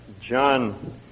John